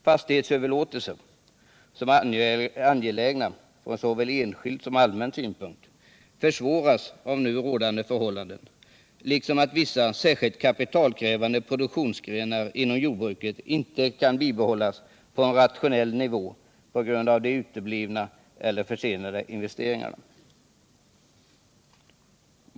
Fastighetsöverlåtelser, som är angelägna från såväl enskild som allmän synpunkt, försvåras av nu rådande förhållanden liksom att vissa särskilt kapitalkrävande produktionsgrenar inom jordbruket inte bibehålles på en rationell nivå på grund av uteblivna eller försenade investeringar.